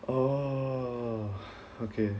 err okay